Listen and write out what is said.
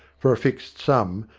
for a fixed sum,